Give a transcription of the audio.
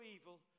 evil